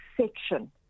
section